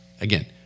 Again